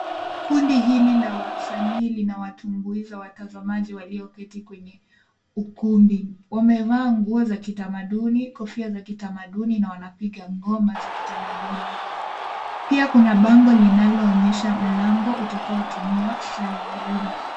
Kundi hili la wasanii linawatumbuiza watazamaji walioketi kwenye ukumbi. Wamevaa nguo za kitamaduni, kofia za kitamaduni na wanapiga ngoma za kitamaduni. Pia kuna bango linaloonyesha mlango utakaotumiwa saa ya dharura.